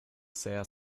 sehr